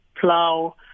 plow